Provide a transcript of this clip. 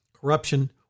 corruption